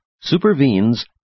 supervenes